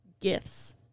gifts